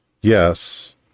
yes